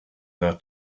their